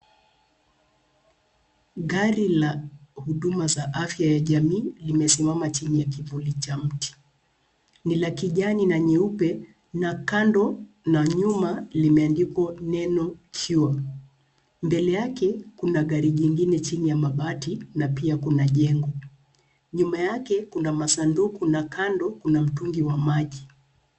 Gari la huduma za afya ya jamii limesimama chini ya kivuli cha mti ,ni la kijani na nyeupe na kando na nyuma limeandikwa neno cure , mbele yake kuna gari zingine chini ya mabati na pia kuna jengo nyuma yake kuna masanduku na kando kuna mtungi wa maji.